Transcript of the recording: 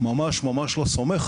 ממש ממש לא סומך